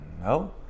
no